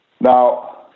Now